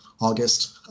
August